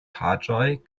paĝoj